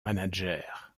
manager